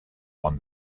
won